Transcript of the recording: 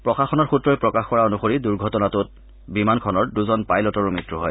প্ৰশাসনৰ সূত্ৰই প্ৰকাশ কৰা অনুসৰি দুৰ্ঘটনাটোত বিমানখনৰ দুজন পাইলতৰো মৃত্যু হয়